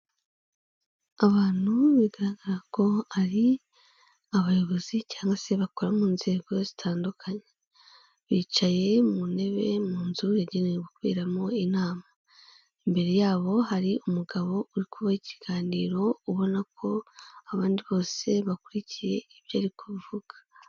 Abantu bigaragaza ko ari abayobozi cyangwa se bakora mu nzego zitandukanye, bicaye mu ntebe mu nzu yagenewe gukoremo inama, imbere yabo hari umugabo uri kubaha ikiganiro ubona ko abandi bose bakurikiye ibyo ari kuvuga.